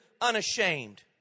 Unashamed